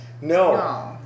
No